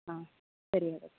ಹಾಂ ಸರಿ ಹಾಗಾದರೆ